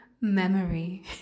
memory